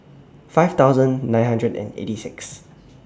five thousand nine hundred and eighty six